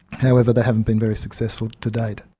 however, they haven't been very successful to date.